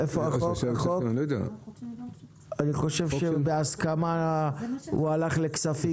החוק ידון בהסכמה לוועדת הכספים.